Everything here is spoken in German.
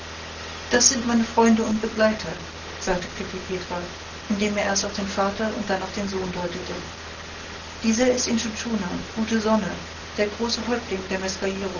das sind meine freunde und begleiter sagte klekih petra indem er erst auf den vater und dann auf den sohn deutete dieser ist intschu tschuna der große häuptling der